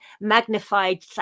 magnified